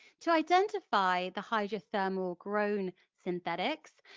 to identify the hydrothermal grown synthetics,